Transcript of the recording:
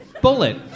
Bullet